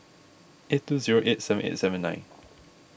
eight two zero eight seven eight seven nine